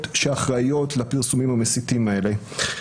שאחראיות לפרסומים המסיתים האלה.